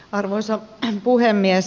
arvoisa puhemies